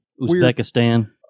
Uzbekistan